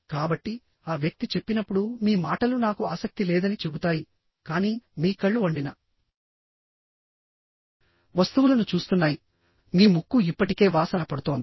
కాబట్టి ఆ వ్యక్తి చెప్పినప్పుడు మీ మాటలు నాకు ఆసక్తి లేదని చెబుతాయి కానీ మీ కళ్ళు వండిన వస్తువులను చూస్తున్నాయి మీ ముక్కు ఇప్పటికే వాసన పడుతోంది